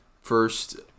first